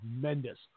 tremendous